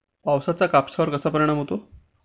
पावसाचा कापसावर कसा परिणाम होतो?